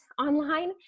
online